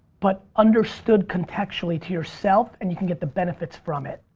but understood contextually to yourself and you can get the benefits from it,